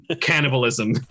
cannibalism